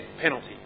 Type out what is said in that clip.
penalty